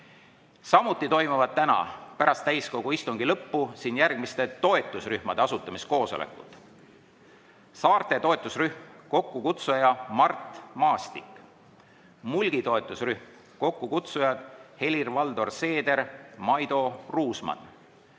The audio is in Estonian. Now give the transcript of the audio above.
Samuti toimuvad täna pärast täiskogu istungi lõppu siin järgmiste toetusrühmade asutamiskoosolekud: saarte toetusrühm, kokkukutsuja Mart Maastik; Mulgi[maa] toetusrühm, kokkukutsujad Helir-Valdor Seeder, Maido Ruusmann;